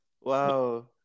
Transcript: Wow